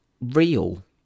real